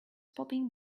popping